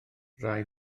rai